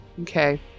Okay